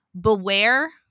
Beware